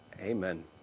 Amen